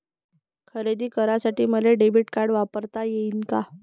खरेदी करासाठी मले डेबिट कार्ड वापरता येईन का?